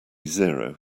zero